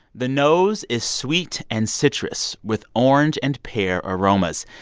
the nose is sweet and citrus with orange and pear aromas.